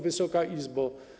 Wysoka Izbo!